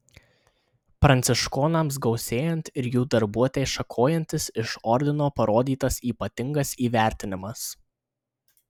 pranciškonams gausėjant ir jų darbuotei šakojantis iš ordino parodytas ypatingas įvertinimas